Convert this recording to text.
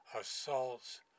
assaults